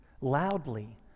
loudly